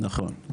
נכון.